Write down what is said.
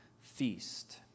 feast